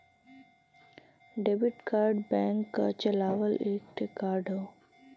debit card bank क चलावल एक ठे कार्ड हौ